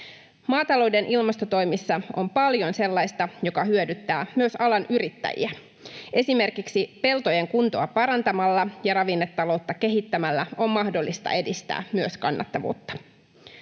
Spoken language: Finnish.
Maatalouden ilmastotoimissa on paljon sellaista, joka hyödyttää myös alan yrittäjiä: esimerkiksi peltojen kuntoa parantamalla ja ravinnetaloutta kehittämällä on mahdollista edistää myös kannattavuutta.